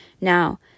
now